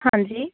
ਹਾਂਜੀ